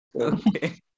Okay